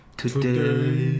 today